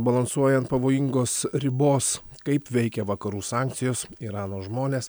balansuoja ant pavojingos ribos kaip veikia vakarų sankcijos irano žmones